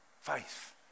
faith